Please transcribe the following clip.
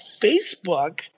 Facebook